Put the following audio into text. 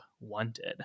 wanted